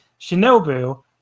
Shinobu